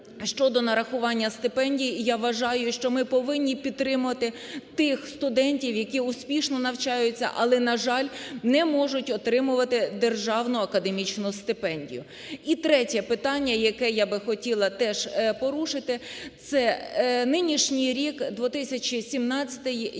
щодо нарахування стипендій. Я вважаю, що ми повинні підтримати тих студентів, які успішно навчаються, але, на жаль, не можуть отримувати державну академічну стипендію. І третє питання, яке б я хотіла теж порушити, це нинішній рік 2017-й